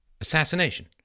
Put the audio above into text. Assassination